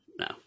no